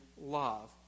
love